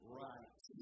right